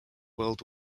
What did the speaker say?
world